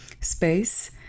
space